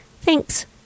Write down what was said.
Thanks